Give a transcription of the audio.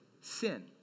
sin